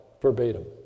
verbatim